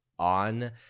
on